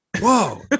whoa